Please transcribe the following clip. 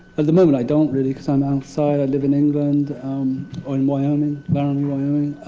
at the moment i don't, really, because i'm outside. i live in england or in wyoming laramie, wyoming.